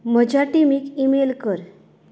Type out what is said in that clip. म्हज्या टिमीक ईमेल कर